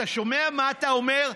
אתה שומע מה אתה אומר?